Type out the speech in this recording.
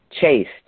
Chased